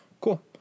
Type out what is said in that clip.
Cool